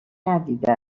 ندیده